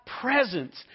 presence